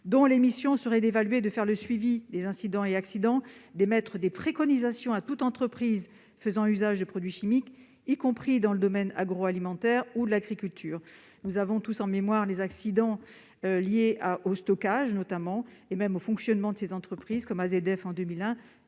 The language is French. dont les missions seraient d'évaluer et d'assurer le suivi des incidents et accidents, d'émettre des préconisations à toute entreprise faisant usage de produits chimiques, y compris dans le domaine agroalimentaire ou l'agriculture. Nous avons tous en mémoire les accidents liés au stockage de produits chimiques et même au fonctionnement de certaines entreprises, comme AZF en 2001,